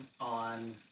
on